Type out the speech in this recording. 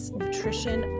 nutrition